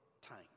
time